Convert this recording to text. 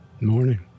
Morning